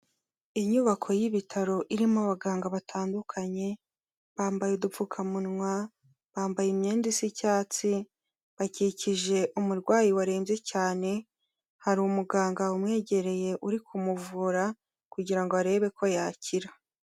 Inyubako y'ibitaro irimo abaganga batandukanye, bambaye udupfukamunwa, bambaye imyenda y'icyatsi, bakikije umurwayi warembye cyane, hari umuganga umwegereye uri kumuvura kugira ngo arebe ko yakira.